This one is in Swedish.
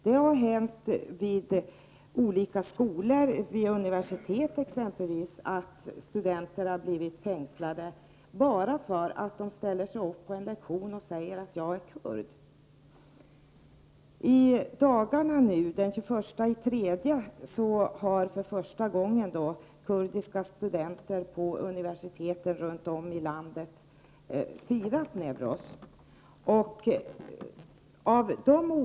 Det har t.ex. hänt att studenter vid universitet har fängslats bara därför att de ställt sig upp under en lektion och sagt: Jag är kurd. I dessa dagar — nämligen bestämt den 21 mars — har kurdiska studenter på universitet på olika håll i Turkiet för första gången firat ”Newros”.